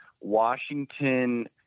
Washington